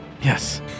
Yes